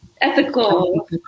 Ethical